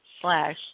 slash